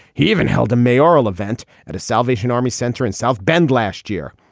he even held a mayoral event at a salvation army center in south bend last year.